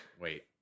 wait